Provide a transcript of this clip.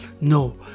no